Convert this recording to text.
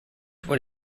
what